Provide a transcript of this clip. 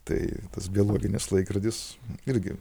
tai tas biologinis laikrodis irgi